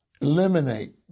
eliminate